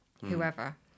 whoever